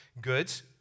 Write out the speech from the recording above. goods